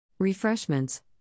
Refreshments